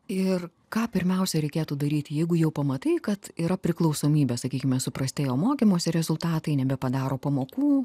ir ką pirmiausia reikėtų daryti jeigu jau pamatai kad yra priklausomybė sakykime suprastėjo mokymosi rezultatai nebepadaro pamokų